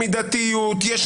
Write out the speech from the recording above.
יש מידתיות,